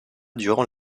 durant